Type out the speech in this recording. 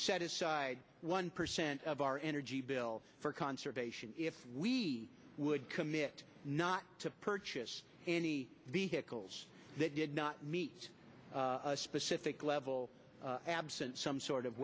set aside one percent of our energy bill for conservation we would commit not to purchase any vehicles that did not meet a specific level absent some sort of